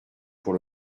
pour